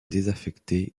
désaffectée